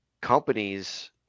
companies